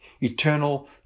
eternal